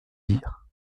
dire